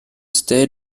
state